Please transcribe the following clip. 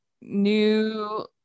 new